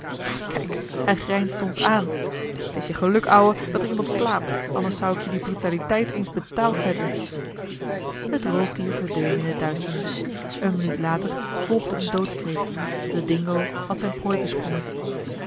kijk hij grijnst ons aan t is je geluk ouwe dat er iemand slaapt anders zou ik je die brutaliteit eens betaald zetten het roofdier verdween in de duisternis eene minuut later volgde een doodskreet de dingo had zijne prooi besprongen